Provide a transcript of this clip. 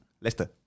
Leicester